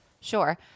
Sure